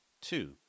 Two